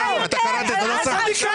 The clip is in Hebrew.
אתה קראת את הנוסח?